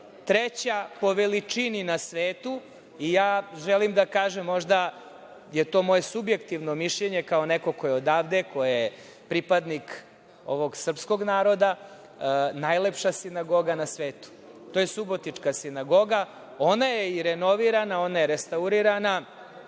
treća po veličini na svetu, želim da kažem, možda to je moje subjektivno mišljenje, kao neko ko je odavde, ko je pripadnik ovog srpskog naroda, najlepša sinagoga na svetu, to je subotička sinagoga. Ona je i renovirana, ona je restaurirana,